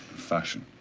fashion.